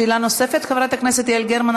שאלה נוספת, חברת הכנסת יעל גרמן?